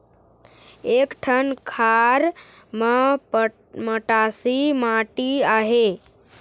एक ठन खार म मटासी माटी आहे?